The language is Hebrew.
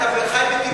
אתה חי בדמיונות.